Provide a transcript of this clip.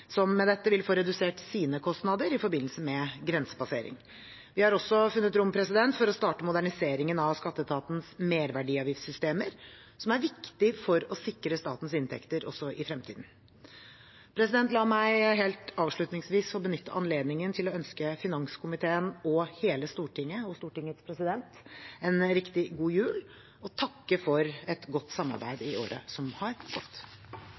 som med dette vil få redusert sine kostnader i forbindelse med grensepassering. Vi har også funnet rom for å starte moderniseringen av skatteetatens merverdiavgiftssystemer, som er viktig for å sikre statens inntekter også i fremtiden. La meg helt avslutningsvis få benytte anledningen til å ønske finanskomiteen, hele Stortinget og Stortingets president en riktig god jul og takke for godt samarbeid i året som har